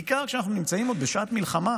בעיקר כשאנחנו נמצאים עוד בשעת מלחמה,